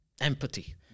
empathy